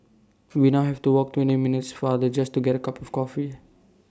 we now have to walk twenty minutes farther just to get A cup of coffee